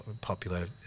popular